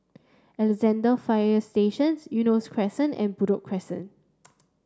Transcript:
Alexandra Fire Stations Eunos Crescent and Buroh Crescent